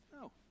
No